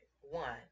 one